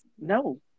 no